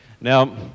now